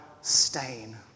stain